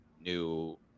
new